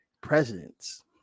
presidents